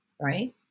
right